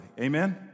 amen